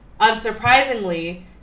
Unsurprisingly